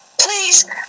Please